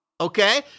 okay